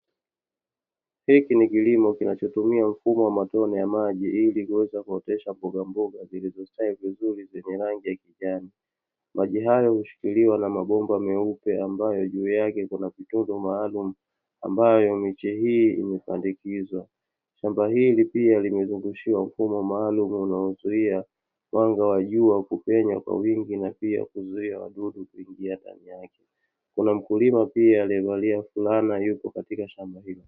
hiki ni kilimo kinachotumia mfumo wa matone ya maji ili kuweza kuotesha mbogamboga zilizostawi vizuri zenye rangi ya kijani, maji hayo hushikiliwa na mabomba meupe ambayo juu yake kuna vitundu maalumu ambayo miche hiii imepandikizwa. shamba hili pia limezungushiwa mfumo maalumu unaozuia mwanga wa jua kupenya kwa wingi na pia kuzuia wadudu kuingia ndani yake ,kuna mkulima pia alievalia fulana yupo katika shamba hilo.